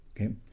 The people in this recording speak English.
okay